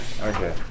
Okay